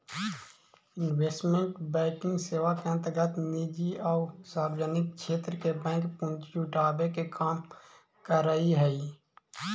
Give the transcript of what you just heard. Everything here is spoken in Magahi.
इन्वेस्टमेंट बैंकिंग सेवा के अंतर्गत निजी आउ सार्वजनिक क्षेत्र के बैंक पूंजी जुटावे के काम करऽ हइ